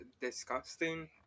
disgusting